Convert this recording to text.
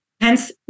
hence